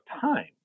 time